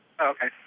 Okay